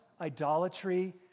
idolatry